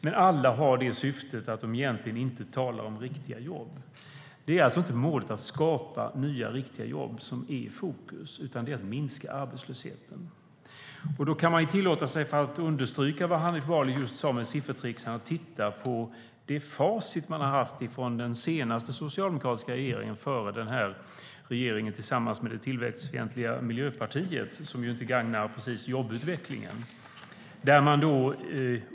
Men syftet är egentligen inte att skapa nya riktiga jobb, utan att minska arbetslösheten. För att understryka vad Hanif Bali just sa om siffertricksande kan man tillåta sig att titta på facit från den senaste socialdemokratiska regeringen före den här regeringen tillsammans med det tillväxtfientliga Miljöpartiet, som inte precis gagnar jobbutvecklingen.